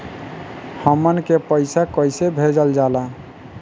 हमन के पईसा कइसे भेजल जाला?